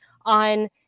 on